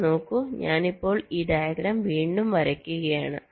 ഇവിടെ നോക്കൂ ഞാൻ ഇപ്പോൾ ഈ ഡയഗ്രം വീണ്ടും വരയ്ക്കുകയാണ്